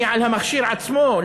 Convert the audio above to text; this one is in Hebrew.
היא על המכשיר עצמו,